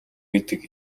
гэдэг